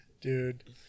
Dude